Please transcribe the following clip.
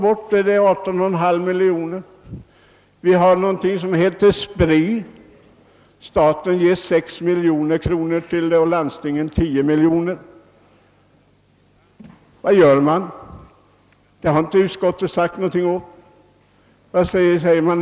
Det finns en institution som heter SPRI, till vilken staten ger ca 6 miljoner och landstingen 10 miljoner. Vad gör SPRI? Det har inte utskottet sagt någonting om.